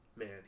Man